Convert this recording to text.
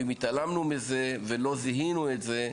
ואם התעלמנו מזה ולא זיהינו את זה,